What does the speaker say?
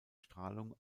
strahlung